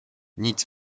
nic